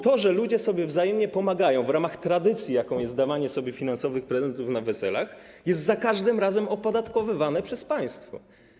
To, że ludzie sobie wzajemnie pomagają w ramach tradycji, jaką jest dawanie sobie finansowych prezentów na weselach, jest za każdym razem opodatkowywane przez państwo.